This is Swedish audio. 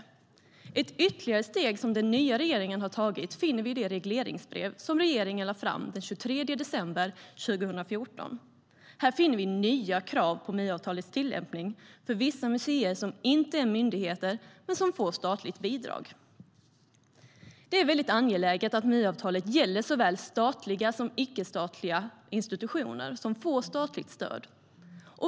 Ett ytterligare steg som den nya regeringen har tagit finner vi i det regleringsbrev som regeringen lade fram den 23 december 2014. Här finner vi nya krav på MU-avtalets tillämpning för vissa museer som inte är myndigheter men som får statligt bidrag. Det är angeläget att MU-avtalet gäller såväl statliga som icke-statliga institutioner som får statligt stöd.